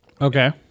Okay